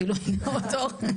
גילוי נאות.